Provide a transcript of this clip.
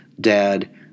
Dad